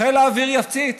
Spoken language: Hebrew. חיל האוויר יפציץ.